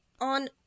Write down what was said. on